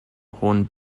hohen